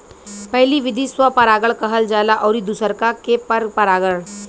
पहिला विधि स्व परागण कहल जाला अउरी दुसरका के पर परागण